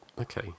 Okay